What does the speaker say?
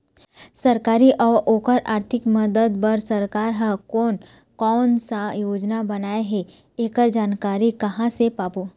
सरकारी अउ ओकर आरथिक मदद बार सरकार हा कोन कौन सा योजना बनाए हे ऐकर जानकारी कहां से पाबो?